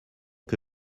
que